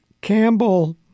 Campbell